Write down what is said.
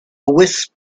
wisp